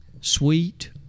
Sweet